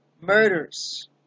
Murders